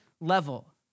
level